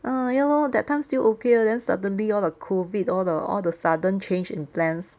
uh ya lor that time still okay then suddenly all the COVID all the all the sudden change in plans